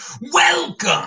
Welcome